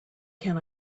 can